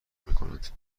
میکنند